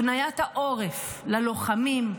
הפניית העורף ללוחמים,